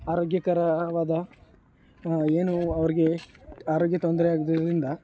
ಆರೋಗ್ಯಕರವಾದ ಏನು ಅವ್ರಿಗೆ ಆರೋಗ್ಯ ತೊಂದರೆ ಆಗಿದ್ದರಿಂದ